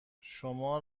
شما